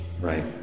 Right